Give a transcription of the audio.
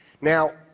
Now